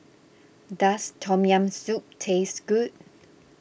does Tom Yam Soup taste good